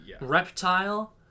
Reptile